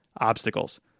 obstacles